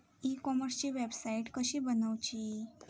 E कॉमर्सची website कशी बनवची?